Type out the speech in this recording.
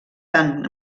tant